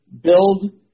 Build